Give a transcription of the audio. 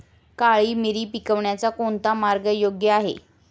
काळी मिरी पिकवण्याचा कोणता मार्ग योग्य आहे?